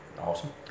Awesome